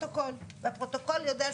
בוודאי.